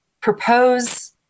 propose